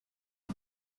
人类